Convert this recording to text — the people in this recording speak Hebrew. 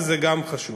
וזה גם חשוב.